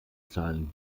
zahlen